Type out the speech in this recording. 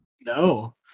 No